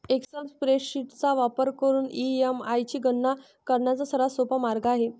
Excel spreadsheet चा वापर करून ई.एम.आय ची गणना करण्याचा सर्वात सोपा मार्ग आहे